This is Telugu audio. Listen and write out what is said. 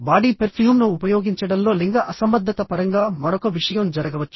బాడీ పెర్ఫ్యూమ్ను ఉపయోగించడంలో లింగ అసంబద్ధత పరంగా మరొక విషయం జరగవచ్చు